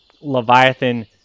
Leviathan